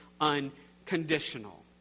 unconditional